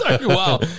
Wow